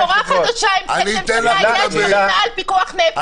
--- פיקוח נפש.